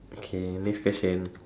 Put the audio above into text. okay next question